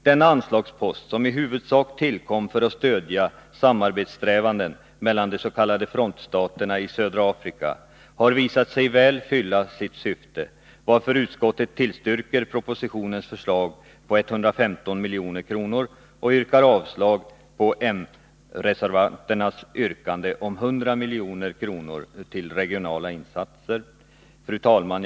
Denna anslagspost, som i huvudsak tillkom för att stödja samarbetssträvanden mellan de s.k. frontstaterna i södra Afrika, har visat sig väl fylla sitt syfte, varför utskottet tillstyrker propositionens förslag om 115 milj.kr. till anslaget Regionala insatser. Fru talman!